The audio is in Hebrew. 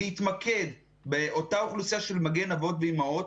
להתמקד באותה אוכלוסייה של מגן אבות ואימהות,